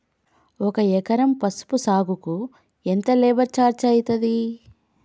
ఒక ఎకరం పసుపు సాగుకు ఎంత లేబర్ ఛార్జ్ అయితది?